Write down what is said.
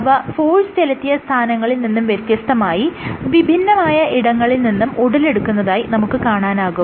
അവ ഫോഴ്സ് ചെലുത്തിയ സ്ഥാനത്തിൽ നിന്നും വ്യത്യസ്തമായി വിഭിന്നമായ ഇടങ്ങളിൽ നിന്ന് ഉടലെടുക്കുന്നതായി നമുക്ക് കാണാനാകും